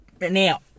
now